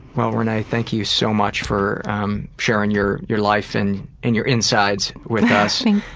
well, renee, thank you so much for um sharing your your life and and your insides with us.